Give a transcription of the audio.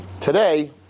Today